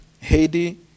Haiti